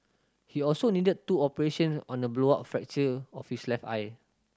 he also needed two operations on a blowout fracture of his left eye